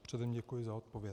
Předem děkuji za odpověď.